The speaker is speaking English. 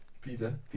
pizza